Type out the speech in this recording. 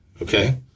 Okay